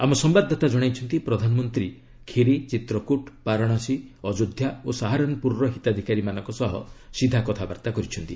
ଆମ ସମ୍ଭାଦଦାତା ଜଣାଇଛନ୍ତି ପ୍ରଧାନମନ୍ତ୍ରୀ କ୍ଷିରି ଚିତ୍ରକୃଟ ବାରାଣସୀ ଅଯୋଧ୍ୟା ଓ ଶାହାରାନ୍ପୁର୍ର ହିତାଧିକାରୀମାନଙ୍କ ସହ ସିଧା କଥାବାର୍ତ୍ତା କରିଛନ୍ତି